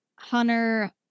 hunter